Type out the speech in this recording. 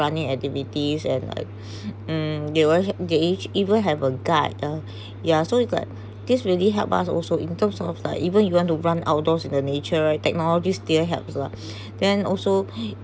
running activities and like mm they e~ they each even have a guide ah yeah so it's like this really help us also in terms of like even if you want to run outdoors in the nature technologies still helps lah then also